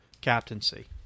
captaincy